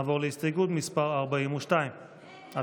נעבור להסתייגות מס' 40. הצבעה.